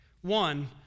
one